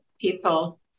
people